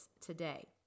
today